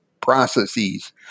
processes